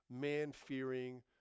man-fearing